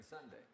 Sunday